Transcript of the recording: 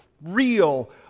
real